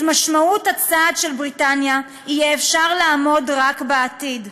את משמעות הצעד של בריטניה יהיה אפשר לאמוד רק בעתיד.